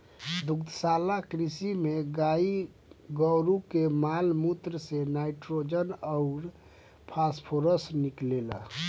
दुग्धशाला कृषि में गाई गोरु के माल मूत्र से नाइट्रोजन अउर फॉस्फोरस निकलेला